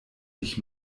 dich